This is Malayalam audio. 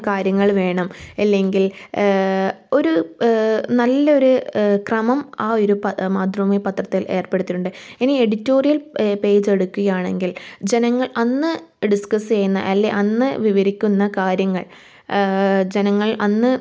കാര്യങ്ങൾ വേണം അല്ലെങ്കിൽ ഒരു നല്ലൊരു ക്രമം ആ ഒരു മാതൃഭൂമി പത്രത്തിൽ ഏർപ്പെടുത്തിയിട്ടുണ്ട് ഇനി എഡിറ്റോറിയൽ പേജെടുക്കുകയാണെങ്കിൽ ജനങ്ങൾ അന്ന് ഡിസ്കസ്സ് ചെയ്യുന്ന അല്ലെങ്കിൽ അന്ന് വിവരിക്കുന്ന കാര്യങ്ങൾ ജനങ്ങൾ അന്ന്